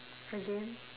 again